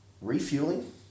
Refueling